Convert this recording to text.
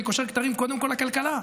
אני קושר כתרים קודם כול לכלכלה.